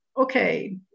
okay